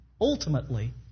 ultimately